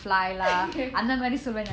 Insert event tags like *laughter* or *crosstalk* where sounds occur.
*laughs*